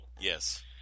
Yes